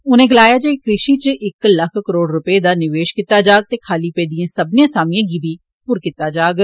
उनें गलाया जे कृषि च इक लक्ख करोड़ रपे दा निवेश कीता जाग ते खाली पेदी सब्मनें असामियें गी पूर कीता जाग